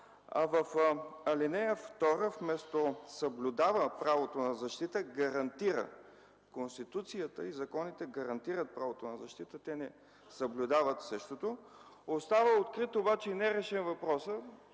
В ал. 2 вместо „съблюдава правото на защита” да се напише „гарантира”. Конституцията и законите гарантират правото на защита, те не съблюдават същото. Остава открит и нерешен въпросът,